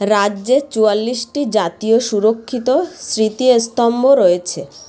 রাজ্যে চুয়াল্লিশটি জাতীয় সুরক্ষিত স্মৃতিস্তম্ভ রয়েছে